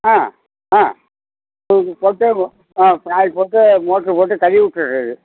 ஆ ஆ சோப்பு போட்டு ஆ பினாயில் போட்டு மோட்ரு போட்டுக் கழுவி விட்டுர்றது